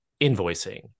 invoicing